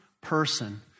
person